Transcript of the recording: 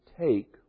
take